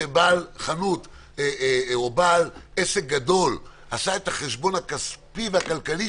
שבעל חנות או בעל עסק גדול עשה את החשבון הכספי והכלכלי